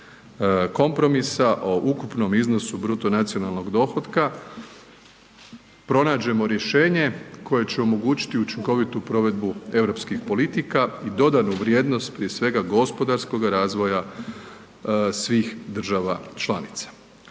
kompromisa o ukupnom iznosu bruto nacionalnog dohotka pronađemo rješenje koje će omogućiti učinkovitu provedbu europskih politika i dodanu vrijednost prije svega gospodarskoga razvoja svih država članica.